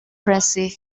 tracy